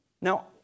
Now